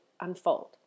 unfold